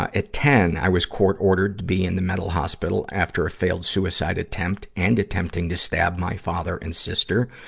at ten, i was court-ordered to be in the mental hospital after a failed suicide attempt and attempting to stab my father and sister.